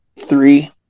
Three